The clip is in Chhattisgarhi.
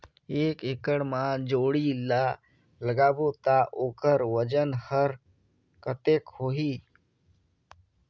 एक एकड़ मा जोणी ला लगाबो ता ओकर वजन हर कते होही?